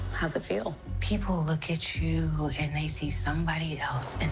how's it feel? people look at you and they see somebody else.